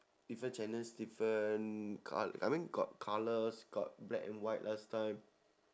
different channels different col~ I mean got colours got black and white last time